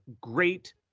great